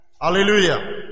Hallelujah